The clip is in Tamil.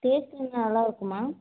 டேஸ்ட்டு நல்லா இருக்குமா